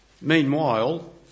Meanwhile